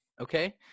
Okay